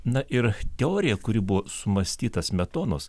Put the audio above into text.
na ir teorija kuri buvo sumąstyta smetonos